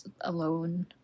alone